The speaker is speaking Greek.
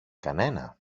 κανένα